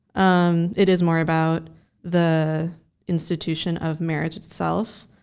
um it is more about the institution of marriage itself.